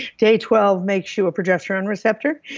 day twelve makes you a progesterone receptor.